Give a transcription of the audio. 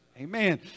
Amen